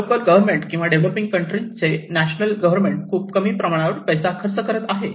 local government किंवा developing country चे national government खूप कमी प्रमाणावर पैसा खर्च करत आहे